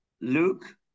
Luke